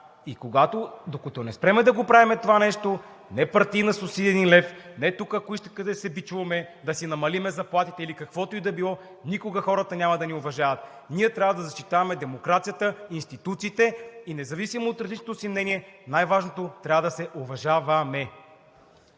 е маскара. Докато не спрем да правим това нещо, не партийна субсидия един лев, не тук ако искате да се бичуваме, да си намалим заплатите или каквото да е било, никога хората няма да ни уважават. Ние трябва да защитаваме демокрацията, институции и независимо от различното си мнение най-важното трябва да се уважа-ва-ме.